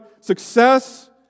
success